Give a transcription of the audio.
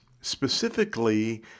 specifically